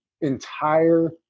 entire